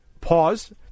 pause